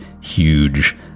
huge